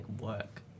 work